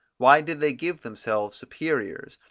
why did they give themselves superiors,